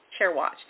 Chairwatch